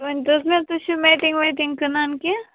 ؤنۍتو حظ مےٚ تُہۍ چھو میٹِنٛگ ویٹِنٛگ کٕنان کیٚنٛہہ